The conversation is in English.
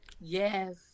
Yes